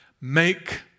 make